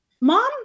Mom